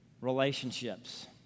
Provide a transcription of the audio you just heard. relationships